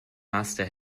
master